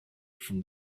from